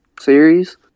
series